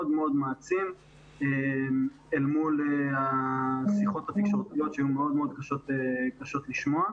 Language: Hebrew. מאוד מאוד מעצים אל מול השיחות התקשורתיות שהיו מאוד קשות לשמוע.